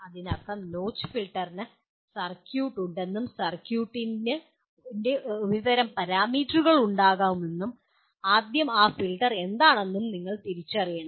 അതിനർത്ഥം നോച്ച് ഫിൽട്ടറിന് സർക്യൂട്ട് ഉണ്ടെന്നും സർക്യൂട്ടിന്റെ ഒരുതരം പാരാമീറ്ററുകൾ ഉണ്ടാകുമെന്നും ആദ്യം ആ ഫിൽട്ടർ എന്താണെന്ന് നിങ്ങൾ തിരിച്ചറിയണം